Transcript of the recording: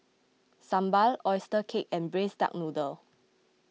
Sambal Oyster Cake and Braised Duck Noodle